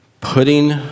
Putting